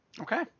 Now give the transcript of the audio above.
Okay